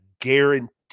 guarantee